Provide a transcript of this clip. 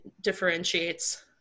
differentiates